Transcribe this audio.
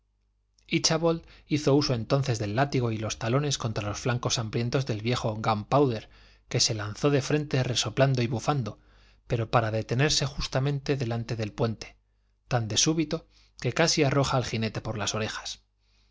clase íchabod hizo uso entonces del látigo y los talones contra los flancos hambrientos del viejo gunpowder que se lanzó de frente resoplando y bufando pero para detenerse justamente delante el puente tan de súbito que casi arroja al jinete por las orejas en